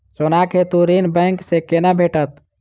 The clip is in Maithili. सोनाक हेतु ऋण बैंक सँ केना भेटत?